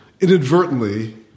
inadvertently